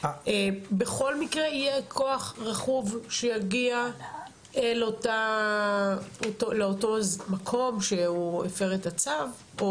בכל מקרה יהיה כוח רכוב שיגיע לאותו מקום שהוא הפר את הצו?